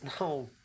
No